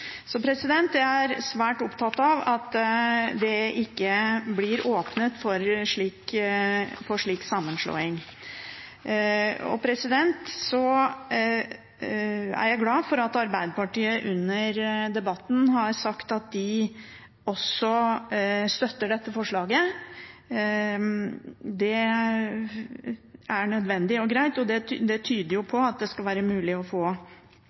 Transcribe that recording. Jeg er svært opptatt av at det ikke blir åpnet for slik sammenslåing. Jeg er glad for at Arbeiderpartiet under debatten har sagt at de også støtter dette forslaget. Det er nødvendig og greit, og det tyder på at det skal være mulig å få